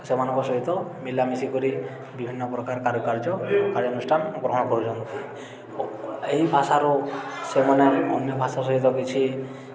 ସେମାନଙ୍କ ସହିତ ମିଳାମିଶି କରି ବିଭିନ୍ନ ପ୍ରକାର କାରୁକାର୍ଯ୍ୟ କାର୍ଯ୍ୟାନୁଷ୍ଠାନ ଗ୍ରହଣ କରୁଛନ୍ତି ଓ ଏହି ଭାଷାରୁ ସେମାନେ ଅନ୍ୟ ଭାଷା ସହିତ କିଛି